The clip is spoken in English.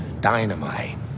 dynamite